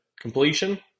completion